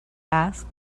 asked